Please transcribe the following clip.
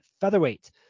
featherweight